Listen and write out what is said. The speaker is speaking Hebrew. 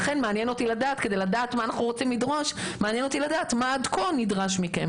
מעניין אותי לדעת מה נדרש עד כה,